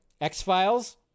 X-Files